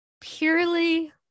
purely